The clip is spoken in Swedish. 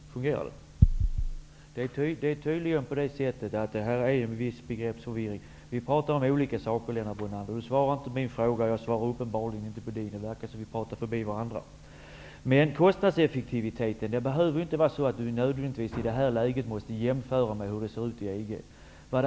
Fru talman! Jag vill bara beröra det här med kostnadseffektiviteten igen. Det råder tydligen en viss begreppsförvirring. Vi pratar om olika saker. Lennart Brunander svarar inte på min fråga, och jag svarar uppenbarligen inte på hans. Det verkar som om vi pratar förbi varandra. När det gäller kostnadseffektiviteten måste vi i det här läget inte nödvändigtvis jämföra med hur det ser ut i EG.